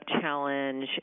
Challenge